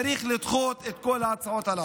צריך לדחות את כל ההצעות הללו.